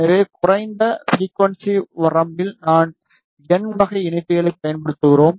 எனவே குறைந்த ஃபிரிகுவன்சி வரம்பில் நாம் என் வகை இணைப்பிகளைப் பயன்படுத்துகிறோம்